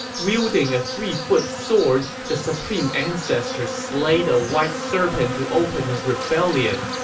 wielding a three-foot sword, the supreme ancestor slayed a white serpent to open his rebellion,